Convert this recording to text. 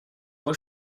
può